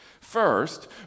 First